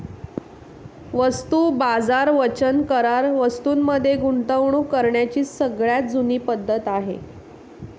वस्तू बाजार वचन करार वस्तूं मध्ये गुंतवणूक करण्याची सगळ्यात जुनी पद्धत आहे